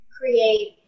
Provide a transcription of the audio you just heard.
create